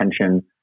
attention